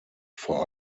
vor